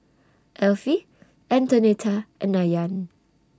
Elfie Antonetta and Ayaan